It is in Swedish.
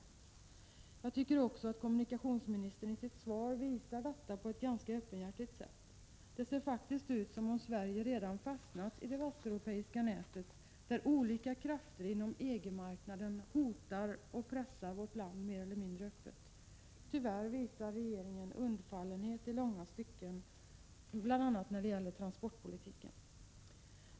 Enligt min mening visade kommunikationsministern detta på ett ganska öppenhjärtigt sätt. Det ser faktiskt ut som om Sverige redan har fastnat i det västeuropeiska nätet, där olika krafter inom EG-marknaden hotar att pressa vårt land mer eller mindre öppet. Tyvärr visar regeringen undfallenhet i långa stycken bl.a. när det gäller transportpolitiken.